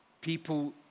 People